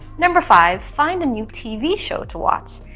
number five find a new tv show to watch.